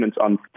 on